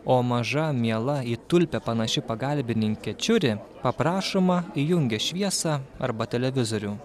o maža miela į tulpę panaši pagalbininkė čiuri paprašoma įjungia šviesą arba televizorių